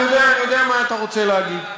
אני יודע מה אתה רוצה להגיד.